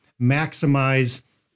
maximize